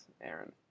Aaron